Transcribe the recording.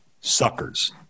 suckers